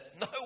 no